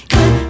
Good